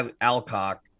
alcock